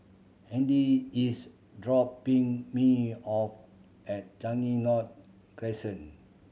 Hedy is dropping me off at Changi North Crescent